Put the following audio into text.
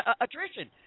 attrition